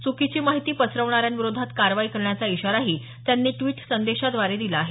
चुकीची माहिती पसरवणाऱ्यांविरोधात कारवाई करण्याचा इशाराही त्यांनी ड्विट संदेशाद्वारे दिला आहे